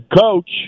coach